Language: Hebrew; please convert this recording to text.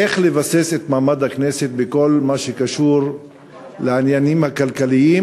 איך לבסס את מעמד הכנסת בכל מה שקשור לעניינים הכלכליים,